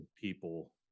people